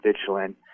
vigilant